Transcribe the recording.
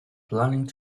planning